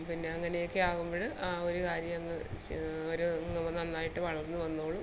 പിന്നെ അങ്ങനെയൊക്കെ ആകുമ്പോൾ ആ ഒരു കാര്യമങ്ങ് അവർ ഒന്ന് നന്നായിട്ട് വളർന്ന് വന്നോളും